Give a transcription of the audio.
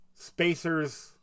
spacers